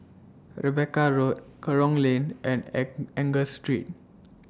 Rebecca Road Kerong Lane and and Angus Street